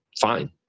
fine